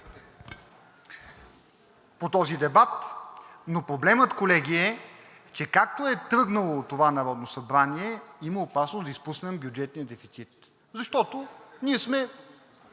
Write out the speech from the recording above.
по този дебат. Но проблемът, колеги, е, че както е тръгнало това Народно събрание, има опасност да изпуснем бюджетния дефицит, защото ние сме…